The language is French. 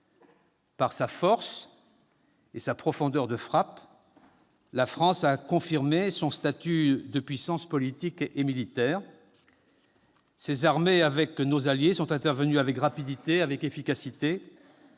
Par sa force et sa profondeur de frappe, la France a confirmé son statut de puissance politique et militaire. Ses armées, avec nos alliés, sont intervenues avec rapidité, avec efficacité,